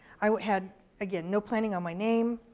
i had again no planning on my name.